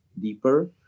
deeper